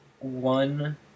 one